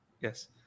Yes